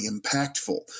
impactful